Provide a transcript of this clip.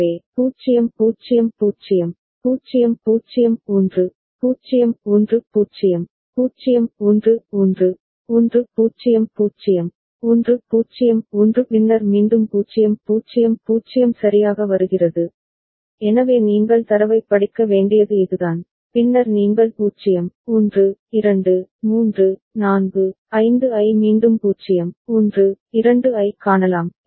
எனவே 0 0 0 0 0 1 0 1 0 0 1 1 1 0 0 1 0 1 பின்னர் மீண்டும் 0 0 0 சரியாக வருகிறது எனவே நீங்கள் தரவைப் படிக்க வேண்டியது இதுதான் பின்னர் நீங்கள் 0 1 2 3 4 5 ஐ மீண்டும் 0 1 2 ஐக் காணலாம்